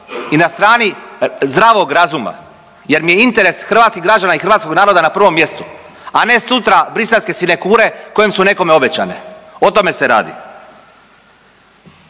i na strani zdravog razuma jer mi je interes hrvatskih građana i hrvatskog naroda na prvom mjestu, a ne sutra briselske sinekure kojem su nekome obećane, o tome se radi.